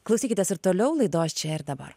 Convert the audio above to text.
klausykitės ir toliau laidos čia ir dabar